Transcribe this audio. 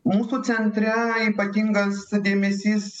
mūsų centre ypatingas dėmesys